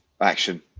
action